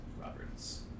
Roberts